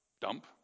dump